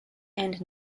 and